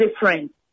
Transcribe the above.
different